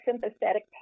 sympathetic